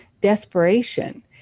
desperation